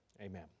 Amen